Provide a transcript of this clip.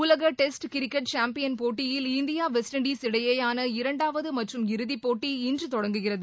உலக test cricket champion போட்டியில் India West Indies இடையேயான இரண்டாவது மற்றும் இறுதிப் போட்டி இன்று தொடங்குகிறது